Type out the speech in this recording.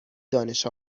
دانش